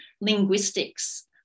Linguistics